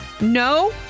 No